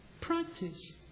Practice